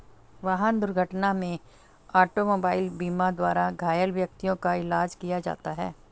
वाहन दुर्घटना में ऑटोमोबाइल बीमा द्वारा घायल व्यक्तियों का इलाज किया जाता है